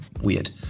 weird